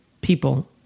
people